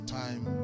time